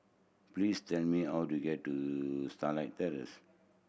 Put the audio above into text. please tell me how to get to Starlight Terrace